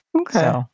Okay